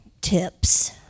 tips